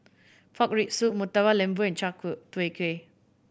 pork rib soup Murtabak Lembu and Chai Tow Kuay